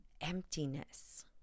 emptiness